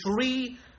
three